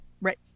Right